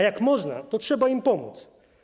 Jeśli można, to trzeba im pomóc.